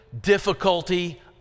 difficulty